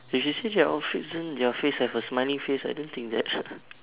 if you see their outfits then their face have a smiley face I don't think that